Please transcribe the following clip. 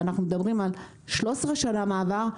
ואנחנו מדברים על 13 שנה מעבר,